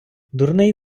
дурний